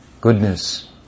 goodness